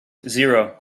zero